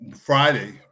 friday